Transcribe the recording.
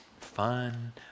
fun